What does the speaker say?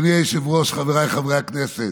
אדוני היושב-ראש, חבריי חברי הכנסת,